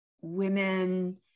women